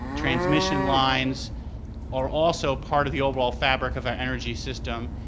transmission lines are also part of the overall fabric of our energy system,